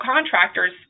contractors